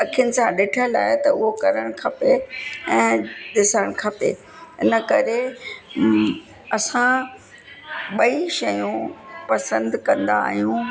अखियुनि सां ॾिठलु आहे त उहो करणु खपे ऐं ॾिसणु खपे इन करे असां ॿई शयूं पसंदि कंदा आहियूं